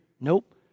nope